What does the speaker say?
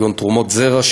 כגון תרומות זרע,